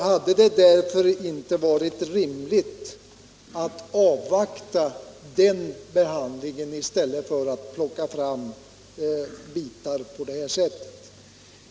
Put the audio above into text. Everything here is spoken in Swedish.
Hade det i så fall inte varit rimligt att avvakta den behandlingen i stället för att plocka fram bitar på det här sättet?